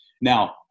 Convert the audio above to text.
Now